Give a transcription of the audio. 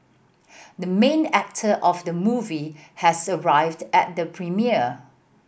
the main actor of the movie has arrived at the premiere